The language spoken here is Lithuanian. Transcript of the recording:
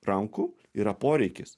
rankų yra poreikis